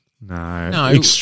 No